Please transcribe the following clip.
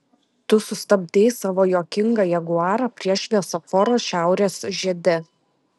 tu sustabdei savo juokingą jaguarą prie šviesoforo šiaurės žiede